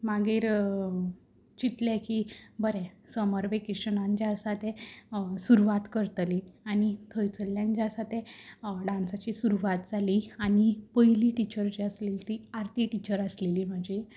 मागीर चिंतलें की बरें समर वेकॅशन जें आसा तें सुरवात करतलें आनी थंयसरल्यान जें आसा तें डान्साची सुरवात जाली आनी पयली टिचर जी आसलेली ती आरती टिचर आसलेली म्हाजी